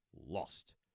lost